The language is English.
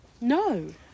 No